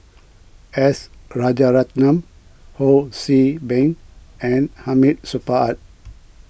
S Rajaratnam Ho See Beng and Hamid Supaat